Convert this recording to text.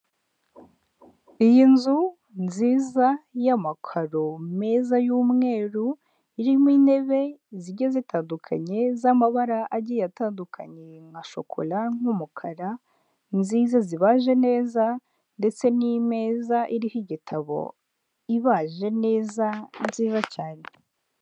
Iyi nzu nziza y'amakaro meza y'umweru, irimo intebe zigiye zitandukanye z'amabara agiye atandukanye nka shokora, nk'umukara, nziza zibaje neza ndetse n'imeza iriho igitabo ibaje neza nziza cyane.